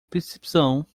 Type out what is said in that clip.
percepção